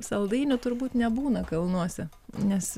saldainių turbūt nebūna kalnuose nes